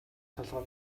толгой